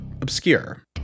obscure